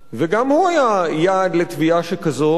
וגם הוא היה יעד לתביעה שכזו,